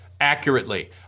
accurately